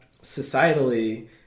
societally